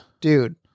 Dude